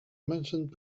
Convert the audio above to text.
mentioned